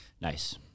Nice